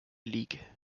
league